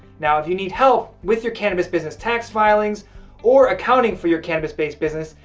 now, if you need help with your cannabis business tax filings or accounting for your cannabis based business,